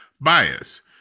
bias